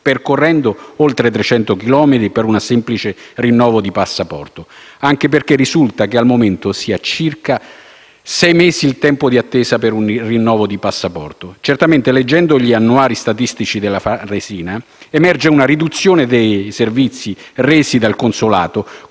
percorrendo anche 300 chilometri, per un semplice rinnovo di passaporto. Anche perché risulta che al momento sia di circa sei mesi il tempo di attesa per un rinnovo passaporto. Certamente, leggendo gli annuari statistici della Farnesina emerge una riduzione dei servizi resi dal consolato,